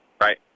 Right